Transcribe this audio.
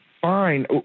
Fine